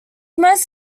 most